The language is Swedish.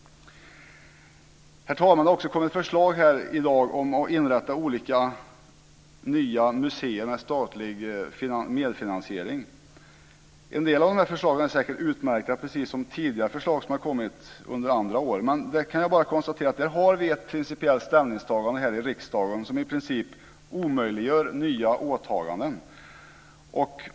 Herr talman! Det har också kommit förslag här i dag om att inrätta olika nya museer med statlig medfinansiering. En del av dessa förslag är säkert utmärka, precis som tidigare förslag som har kommit under andra år. Men jag kan bara konstatera att vi i fråga om detta har ett principiellt ställningstagande här i riksdagen som i princip omöjliggör nya åtaganden.